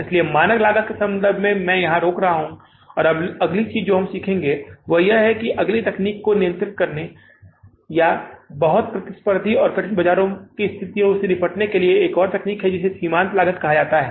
इसलिए मानक लागत के संबंध में मैं यहां रोक रहा हूं और अब अगली चीज जो हम सीखेंगे वह यह है कि अगली तकनीक लागत को नियंत्रित करने या बहुत प्रतिस्पर्धी और कठिन बाजार स्थितियों में निपटने की एक और तकनीक है जिसे सीमांत लागत कहा जाता है